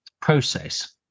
process